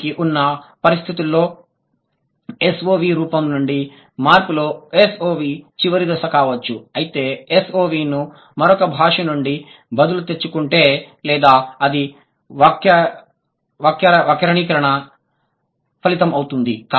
దానికి ఉన్న పరిస్థితుల్లో SVO రూపం నుండి మార్పులో SOV చివరి దశ కావచ్చు అయితే SOV ను మరొక భాష నుండి బదులు తెచ్చుకుంటే లేదా అది వ్యాకరణీకరణ ఫలితం అవుతుంది